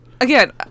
Again